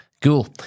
Cool